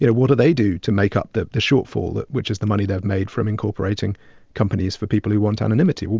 you know what do they do to make up the the shortfall, which is the money they have made from incorporating companies for people who want anonymity?